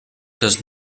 does